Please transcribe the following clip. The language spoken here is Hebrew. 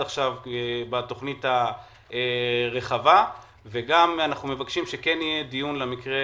עכשיו בתוכנית הרחבה וגם אנחנו מבקשים שיהיה דיון על המקרה